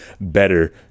better